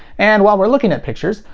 and while we're looking at pictures,